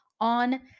on